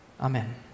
Amen